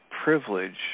privilege